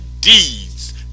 deeds